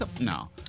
No